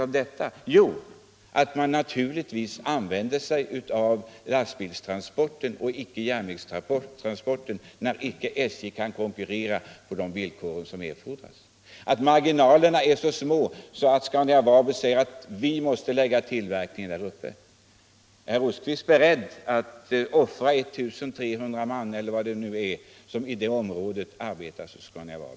Ja, den är givetvis att företaget skall använda sig av lastbilstransporter, inte av transporter på järnväg, eftersom SJ inte kan konkurrera på de villkor som uppställs och när marginalerna är så små att man på Scania-Vabis säger att man med ett sådant transportsätt måste lägga ner tillverkningen. Är herr Rosqvist då beredd att offra jobbet för 1 300 man — eller vad det kan röra sig om — som i det området arbetar vid Scania-Vabis?